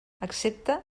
excepte